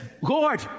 Lord